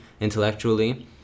intellectually